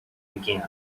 again